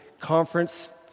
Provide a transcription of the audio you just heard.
conference